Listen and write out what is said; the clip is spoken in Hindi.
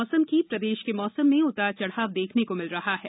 मौसम प्रदेश के मौसम में उतार चढ़ाव देखने को मिल रहा है